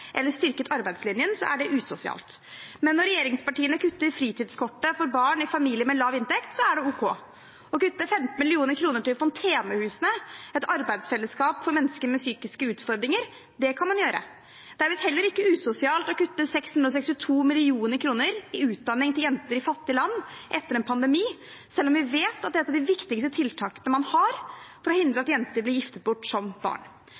eller styrket arbeidslinjen, er det usosialt. Men når regjeringspartiene kutter fritidskortet for barn i familier med lav inntekt, er det ok. Å kutte 15 mill. kr til fontenehusene – arbeidsfellesskap for mennesker med psykiske utfordringer – det kan man gjøre. Det er visst heller ikke usosialt å kutte 662 mill. kr i utdanning til jenter i fattige land etter en pandemi, selv om vi vet at det er et av de viktigste tiltakene man har for å hindre at jenter blir giftet bort som barn.